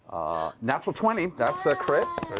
natural twenty. that's a crit.